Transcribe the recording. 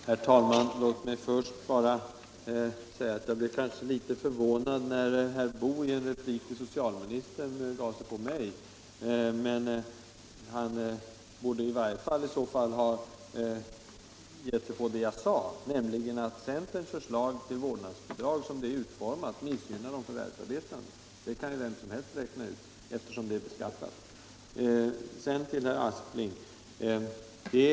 Herr talman! Låt mig först bara säga att jag blev litet förvånad när herr Boo i en replik till socialministern gav sig på mig. Han borde i varje fall ha hållit sig till vad jag sade, nämligen att centerns förslag till vårdnadsbidrag, som det är utformat, missgynnar de förvärvsarbetande —det kan ju vem som helst räkna ut — eftersom bidraget är beskattat.